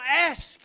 ask